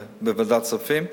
בוועדת כספים,